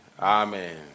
Amen